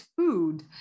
food